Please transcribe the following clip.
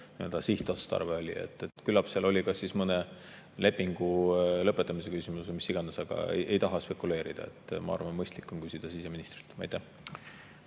sihtotstarve oli. Küllap seal oli kas mõne lepingu lõpetamise küsimus või mis iganes. Aga ei taha spekuleerida. Ma arvan, et mõistlik on küsida siseministrilt. Aitäh!